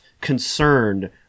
concerned